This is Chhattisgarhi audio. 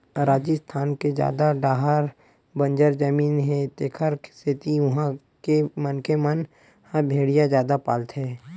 राजिस्थान के जादा डाहर बंजर जमीन हे तेखरे सेती उहां के मनखे मन ह भेड़िया जादा पालथे